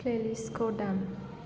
प्लेलिस्टखौ दाम